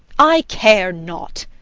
i care not.